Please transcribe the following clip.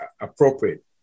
appropriate